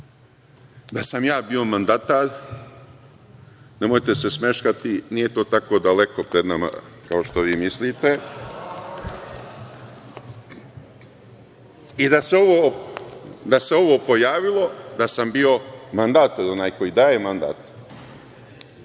Da sam ja bio mandatar, nemojte se smeškati, nije to tako daleko pred nama, kao što vi mislite i da se ovo pojavilo, da sam bio mandatar, onaj koji daje mandat,